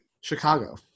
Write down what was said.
Chicago